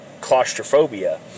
claustrophobia